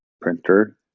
printer